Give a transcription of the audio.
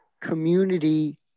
community